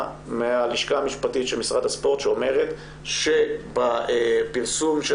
מהלשכה המשפטית של משרד הספורט שאומרת שבפרסום של